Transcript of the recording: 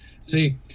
See